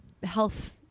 health